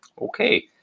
okay